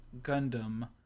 Gundam